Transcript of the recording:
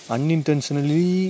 Unintentionally